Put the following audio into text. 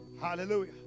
Hallelujah